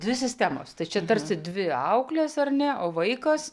dvi sistemos tai čia tarsi dvi auklės ar ne o vaikas